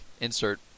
insert